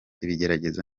ibigeragezo